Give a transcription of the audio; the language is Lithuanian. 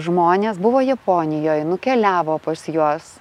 žmones buvo japonijoj nukeliavo pas juos